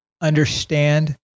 understand